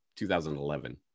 2011